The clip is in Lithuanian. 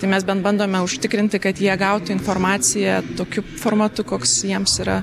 tai mes bent bandome užtikrinti kad jie gautų informaciją tokiu formatu koks jiems yra